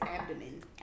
abdomen